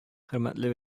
хөрмәтле